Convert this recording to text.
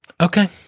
Okay